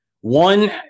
One